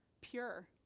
Pure